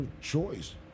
choice